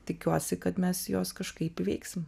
tikiuosi kad mes juos kažkaip įveiksim